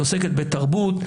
היא עוסקת בתרבות,